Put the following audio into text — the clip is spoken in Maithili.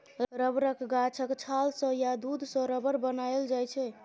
रबरक गाछक छाल सँ या दुध सँ रबर बनाएल जाइ छै